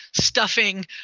stuffing